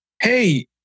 hey